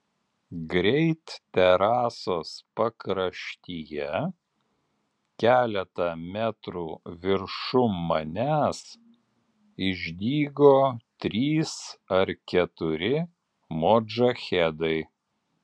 greit terasos pakraštyje keletą metrų viršum manęs išdygo trys ar keturi modžahedai